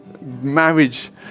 marriage